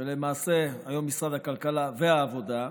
למעשה, היום משרד הכלכלה והעבודה,